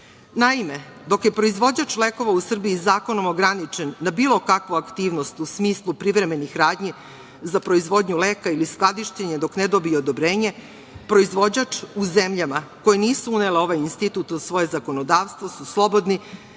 Naime, dok je proizvođač lekova u Srbiji zakonom ograničen da bilo kakvu aktivnost u smislu privremenih radnji za proizvodnju leka ili skladištenje dok ne dobije odobrenje, proizvođači u zemljama koje nisu unele ovaj institut u svoje zakonodavstvo su slobodni